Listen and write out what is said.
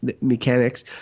mechanics